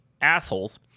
assholes